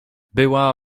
była